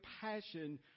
passion